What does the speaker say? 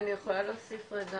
אני יכולה להוסיף רגע,